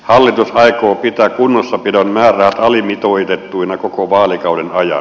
hallitus aikoo pitää kunnossapidon määrärahat alimitoitettuina koko vaalikauden ajan